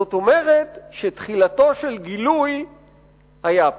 זאת אומרת, שתחילתו של גילוי היתה פה".